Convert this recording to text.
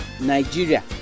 Nigeria